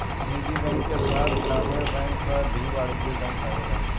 निजी बैंक के साथ साथ ग्रामीण बैंक भी वाणिज्यिक बैंक आवेला